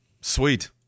Sweet